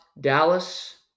Dallas